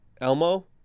Elmo